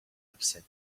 upset